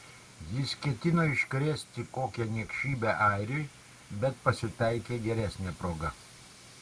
jis ketino iškrėsti kokią niekšybę airiui bet pasitaikė geresnė proga